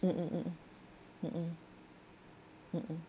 mm mm mm